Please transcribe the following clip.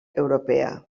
europea